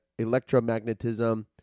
electromagnetism